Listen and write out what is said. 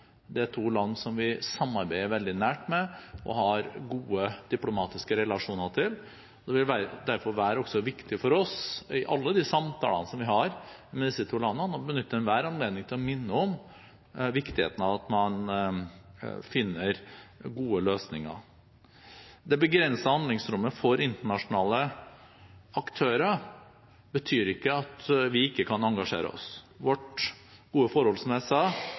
det er to land som vi samarbeider veldig nært med og har gode diplomatiske relasjoner til. Det vil derfor være viktig for oss i alle de samtalene vi har med disse to landene, å benytte enhver anledning til å minne om viktigheten av at man finner gode løsninger. Det begrensede handlingsrommet for internasjonale aktører betyr ikke at vi ikke kan engasjere oss. Vårt gode forhold – som jeg sa